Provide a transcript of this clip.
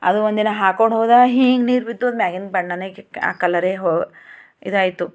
ಅದು ಒಂದಿನ ಹಾಕ್ಕೊಂಡು ಹೋದ ಹೀಗೆ ನೀರು ಬಿದ್ದು ಅದು ಮ್ಯಾಗಿನ ಬಣ್ಣನೇ ಆ ಕಲರೆ ಹೊ ಇದಾಯಿತು